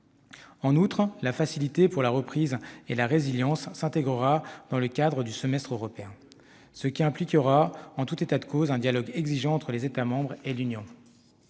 En outre, la facilité pour la reprise et la résilience s'intégrera dans le cadre du semestre européen, ce qui impliquera en tout état de cause un dialogue exigeant entre les États membres et l'Union.